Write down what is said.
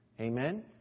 Amen